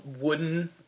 wooden